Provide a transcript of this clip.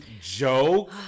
joke